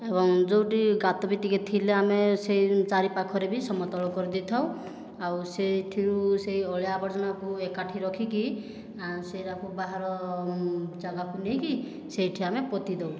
ଏବଂ ଯେଉଁଠି ଗାତ ବି ଟିକିଏ ଥିଲେ ଆମେ ସେହି ଚାରିପାଖରେ ବି ସମତଳ କରିଦେଇଥାଉ ଆଉ ସେଥିରୁ ସେହି ଅଳିଆ ଆବର୍ଜନାକୁ ଏକାଠି ରଖିକି ସେହିଗୁଡ଼ିକୁ ବାହାର ଜାଗାକୁ ନେଇକି ସେଠି ଆମେ ପୋତିଦେଉ